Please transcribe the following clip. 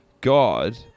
God